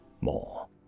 more